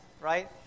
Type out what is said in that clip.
right